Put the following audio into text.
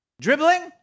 Dribbling